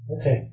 Okay